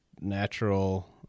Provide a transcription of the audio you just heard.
natural